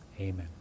amen